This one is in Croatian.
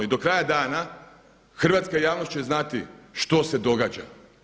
I do kraja dana hrvatska javnost će znati što se događa.